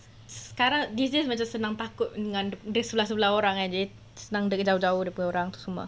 sekarang D_J macam senang takut mengandung sebelah sebelah orang senang daripada jauh jauh daripada orang semua